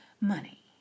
money